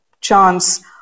chance